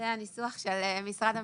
זה הניסוח של משרד המשפטים.